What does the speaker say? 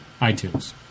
iTunes